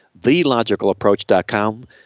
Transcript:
TheLogicalApproach.com